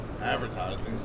advertising